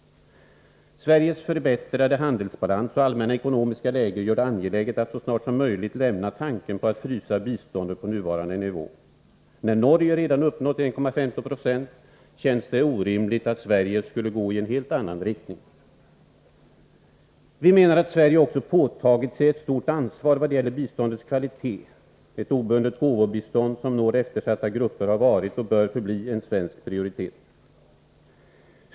Sveriges förbättrade handelsbalans och allmänna ekonomiska läge gör det angeläget att så snart som möjligt lämna tanken på att frysa biståndet på nuvarande nivå. När Norge redan uppnått 1,1596 känns det orimligt att Sverige skulle gå i en helt annan riktning. 2. Vi menar att Sverige också påtagit sig ett stort ansvar vad gäller 104 biståndets kvalitet. Ett obundet gåvobistånd som når eftersatta grupper har varit och bör förbli en svensk prioritet.